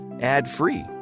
ad-free